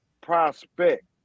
prospect